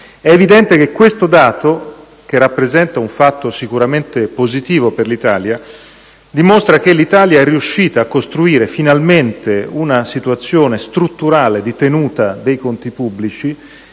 della nostra. Questo dato, che rappresenta un fatto sicuramente positivo per l'Italia, dimostra che il nostro Paese è riuscito a costruire finalmente una situazione strutturale di tenuta dei conti pubblici,